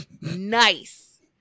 Nice